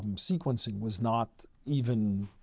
um sequencing was not even,